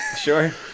Sure